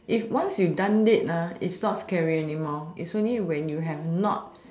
if once you done it it's not scary anymore it's only when you have not